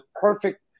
perfect